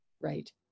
Right